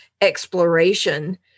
exploration